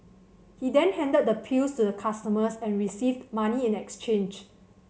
he then handed the pills to the customers and received money in exchange